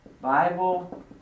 Bible